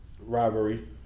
robbery